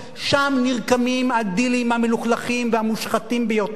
שם נרקמים הדילים המלוכלכים והמושחתים ביותר,